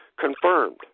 confirmed